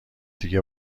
دیگه